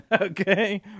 okay